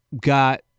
got